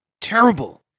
terrible